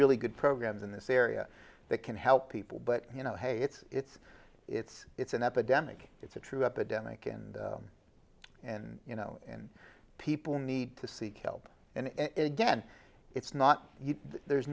really good programs in this area that can help people but you know hey it's it's it's an epidemic it's a true epidemic and and you know and people need to seek help and again it's not there's